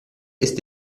ist